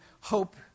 hope